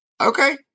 Okay